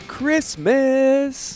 Christmas